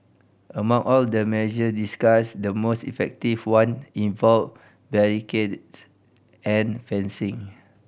among all the measure discussed the most effective one involved barricades and fencing